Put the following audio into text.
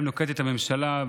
שנוקטת הממשלה,